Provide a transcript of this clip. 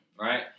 right